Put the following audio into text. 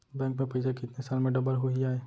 Bank में पइसा कितने साल में डबल होही आय?